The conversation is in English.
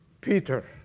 Peter